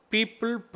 People